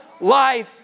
life